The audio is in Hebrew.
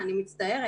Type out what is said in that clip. אין פה ספק בכלל.